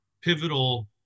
pivotal